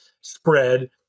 spread